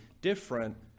different